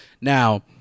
Now